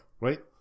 right